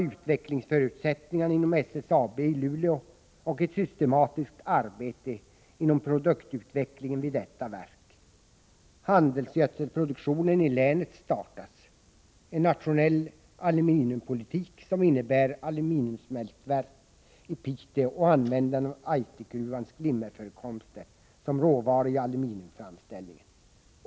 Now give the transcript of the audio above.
— Utvecklingsförutsättningarna inom SSAB i Luleå tillvaratas, och ett systematiskt arbete inom produktutvecklingen vid detta verk inleds. — En nationell aluminiumpolitik utformas som innebär aluminiumsmältverk i Piteå och användande av Aitikgruvans glimmerförekomster som råvara i aluminiumframställningen.